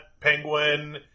Penguin